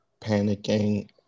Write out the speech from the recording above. panicking